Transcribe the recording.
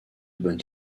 bonne